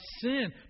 sin